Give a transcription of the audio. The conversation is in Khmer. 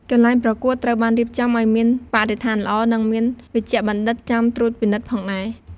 កន្លែងប្រកួតត្រូវបានរៀបចំឲ្យមានបរិស្ថានល្អ និងមានវេជ្ជបណ្ឌិតចាំត្រួតពិនិត្យផងដែរ។